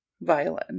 violin